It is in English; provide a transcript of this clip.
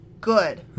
good